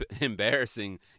embarrassing